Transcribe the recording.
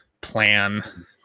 plan